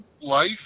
life